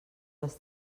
les